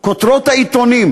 כותרות העיתונים,